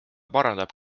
parandab